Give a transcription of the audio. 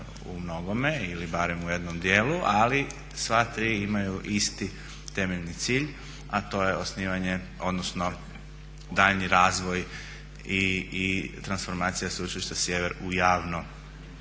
u mnogome ili barem u jednom djelu ali sva tri imaju isti temeljni cilj a to je osnivanje, odnosno daljnji razvoj i transformacija Sveučilišta Sjever u javno